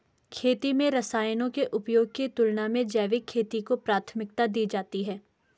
खेती में रसायनों के उपयोग की तुलना में जैविक खेती को प्राथमिकता दी जाती है